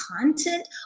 content